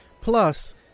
Plus